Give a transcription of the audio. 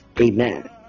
amen